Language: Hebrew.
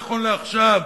נכון לעכשיו,